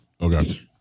Okay